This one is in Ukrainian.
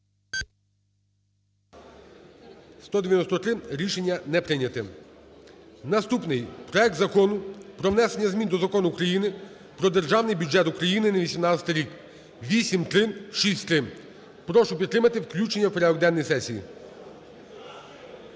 За-193 Рішення не прийняте. Наступний – проект Закону про внесення змін до Закону України "Про Державний бюджет України на 2018 рік" (8363). Прошу підтримати включення в порядок денний сесії.